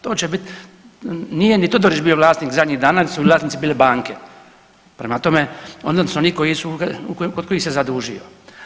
To će bit, nije ni Todorić bio vlasnik zadnjih dana jer su vlasnici bile banke, prema tome odnosno oni kod kojih se zadužio.